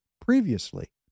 previously